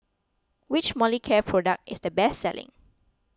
which Molicare product is the best selling